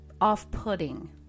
off-putting